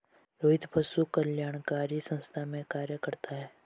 रोहित पशु कल्याणकारी संस्थान में कार्य करता है